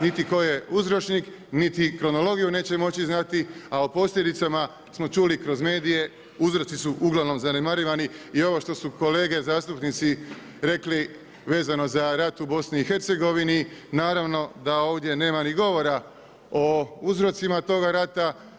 Niti tko je uzročnik, niti kronologiju neće moći znati, a o posljedicama smo čuli kroz medije uzroci su ugl. zanemarivani i ovo što su kolege zastupnici rekli, vezano za rad u BIH naravno da ovdje nema ni govora o uzrocima toga rata.